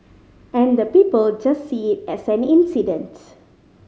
and the people just see it as an incident